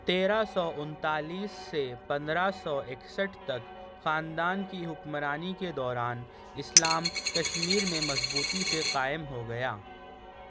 تیرہ سو انتالیس سے پندرہ سو اکسٹھ تک خاندان کی حکمرانی کے دوران اسلام کشمیر میں مضبوطی سے قائم ہو گیا